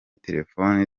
telefone